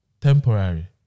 temporary